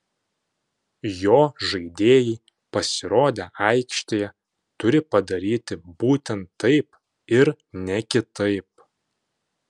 jo žaidėjai pasirodę aikštėje turi padaryti būtent taip ir ne kitaip